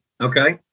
Okay